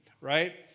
right